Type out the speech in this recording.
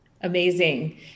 Amazing